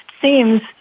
seems